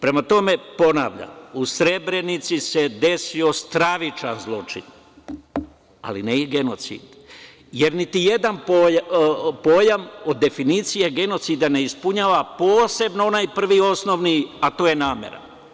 Prema tome, ponavljam u Srebrenici se desio stravičan zločin, ali ne i genocid, jer niti jedan pojam o definiciji genocida ne ispunjava, posebno onaj prvi osnovni, a to je namera.